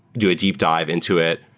do a deep dive into it,